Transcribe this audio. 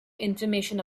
information